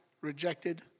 rejected